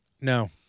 No